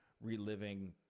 reliving